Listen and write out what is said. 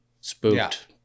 spooked